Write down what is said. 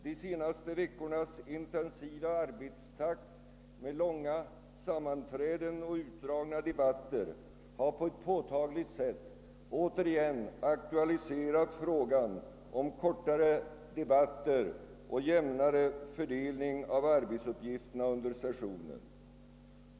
De senaste veckornas intensiva arbetstakt med långa sammanträden och utdragna debatter har på ett påtagligt sätt återigen aktualiserat frågan om kortare debatter och jämnare fördelning av arbetsuppgifterna under sessionen.